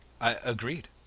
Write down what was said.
Agreed